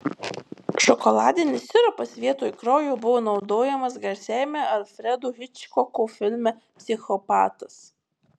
šokoladinis sirupas vietoj kraujo buvo naudojamas garsiajame alfredo hičkoko filme psichopatas